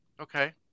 Okay